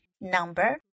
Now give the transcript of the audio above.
Number